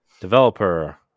Developer